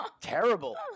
terrible